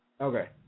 Okay